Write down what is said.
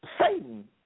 Satan